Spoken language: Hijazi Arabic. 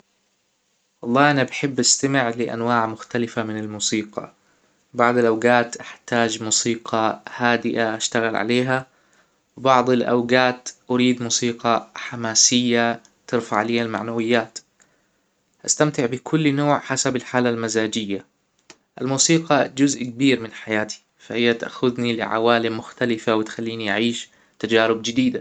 والله أنا بحب أستمع لأنواع مختلفه من الموسيقى بعض الاوجات أحتاج موسيقى هادئه أشتغل عليها وبعض الأوجات أريد موسيقى حماسيه ترفع ليا المعنويات أستمتع بكل نوع حسب الحاله المزاجيه الموسيقى جزء كبير من حياتى فهى تأخذنى لعوالم مختلفه وتخلينى أعيش تجارب جديده